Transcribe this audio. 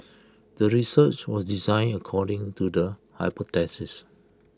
the research was designed according to the hypothesis